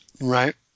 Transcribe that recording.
Right